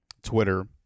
Twitter